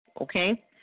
okay